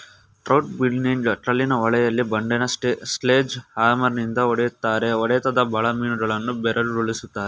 trout binning ಕಲ್ಲಿನ ಹೊಳೆಲಿ ಬಂಡೆನ ಸ್ಲೆಡ್ಜ್ ಹ್ಯಾಮರ್ನಿಂದ ಹೊಡಿತಾರೆ ಹೊಡೆತದ ಬಲ ಮೀನುಗಳನ್ನು ಬೆರಗುಗೊಳಿಸ್ತದೆ